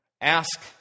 ask